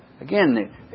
Again